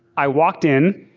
i walked in,